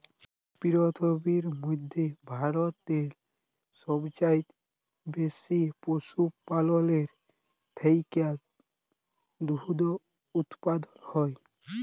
পিরথিবীর ম্যধে ভারতেল্লে সবচাঁয়ে বেশি পশুপাললের থ্যাকে দুহুদ উৎপাদল হ্যয়